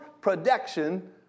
production